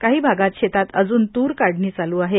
काही भागात शेतात अजून तूर काढणी चालू आहे